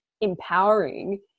empowering